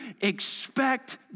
expect